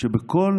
שבכל